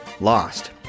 lost